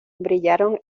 brillaron